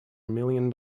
million